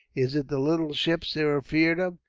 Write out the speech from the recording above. is it the little ships they're afeared of?